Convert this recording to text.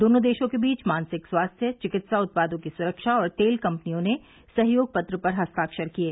दोनों देशों के बीच मानसिक स्वास्थ्य चिकित्सा उत्पादों की सुरक्षा और तेल कंपनियों ने सहयोग पत्र पर हस्ताक्षर किये